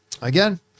Again